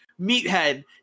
meathead